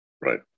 Right